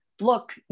look